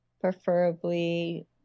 preferably